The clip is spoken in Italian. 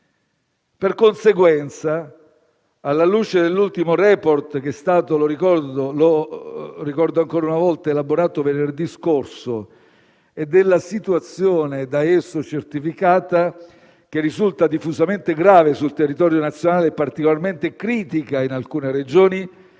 Per conseguenza, alla luce dell'ultimo *report* che - lo ricordo ancora una volta - è stato elaborato venerdì scorso e della situazione da esso certificata, che risulta diffusamente grave sul territorio nazionale e particolarmente critica in alcune Regioni,